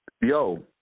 Yo